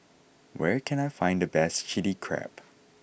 where can I find the best Chilli Crab